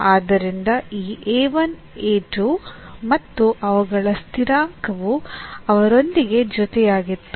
ಆದ್ದರಿಂದ ಈ ಮತ್ತು ಅವುಗಳ ಸ್ಥಿರಾಂಕವು ಅವರೊಂದಿಗೆ ಜೊತೆಯಾಗಿತ್ತು